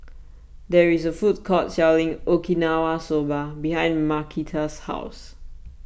there is a food court selling Okinawa Soba behind Markita's house